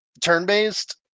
turn-based